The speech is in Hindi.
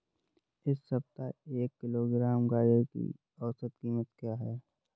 इस सप्ताह एक किलोग्राम गाजर की औसत कीमत क्या है?